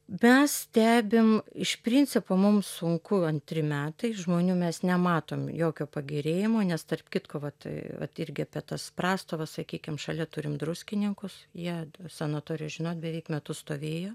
mes stebim iš principo mums sunku antri metai žmonių mes nematom jokio pagerėjimo nes tarp kitko vat vat irgi apie tas prastovas sakykim šalia turim druskininkus jie t sanatorijos žinot beveik metus stovėjo